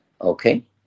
okay